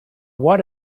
what